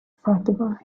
fatima